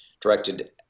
directed